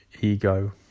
ego